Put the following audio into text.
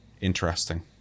interesting